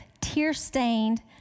tear-stained